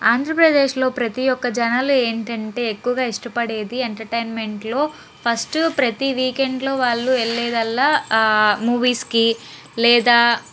ఆంధ్రప్రదేశ్లో ప్రతి ఒక్క జనాలు ఏంటంటే ఎక్కువగా ఇష్టపడేది ఎంటర్టైన్మెంట్లో ఫస్ట్ ప్రతి వీకెండ్లో వాళ్లు వెళ్లేదాల్లా మూవీస్కి లేదా